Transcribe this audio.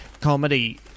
comedy